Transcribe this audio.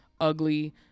ugly